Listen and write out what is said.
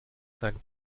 sein